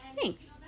Thanks